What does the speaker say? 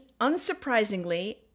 unsurprisingly